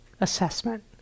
assessment